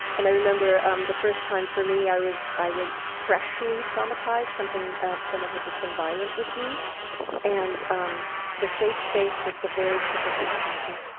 and i remember um the first time for me, i was i was freshly traumatized someone had just been violent with me and um the safe space was the very tip of my pinky.